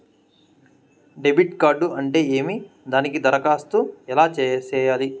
debit card అంటే ఏమి దానికి దరఖాస్తు ఎలా సేయాలి